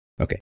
Okay